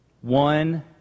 One